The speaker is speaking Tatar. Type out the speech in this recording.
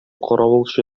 каравылчы